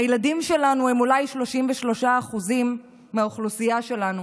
הילדים שלנו הם אולי 33% מהאוכלוסייה שלנו,